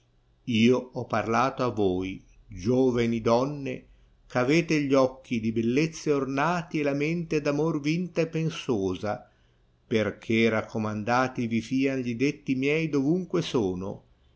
io ho parlato a voi gioveni donne gh avete gli occhi di bellezze ornati e la mente d'amor vinta e pensosa perchè raccomandati ti fìan gli detti miei dovunque sono